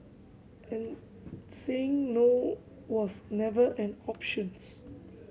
and saying no was never an options